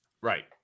Right